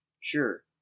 sure